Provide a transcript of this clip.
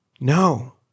No